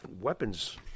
weapons